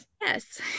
yes